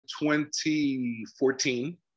2014